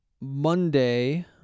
Monday